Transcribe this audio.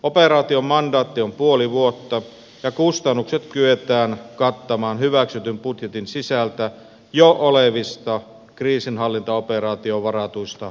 operaation mandaatti on puoli vuotta ja kustannukset kyetään kattamaan hyväksytyn budjetin sisällä jo olevista kriisinhallintaoperaatioihin varatuista määrärahoista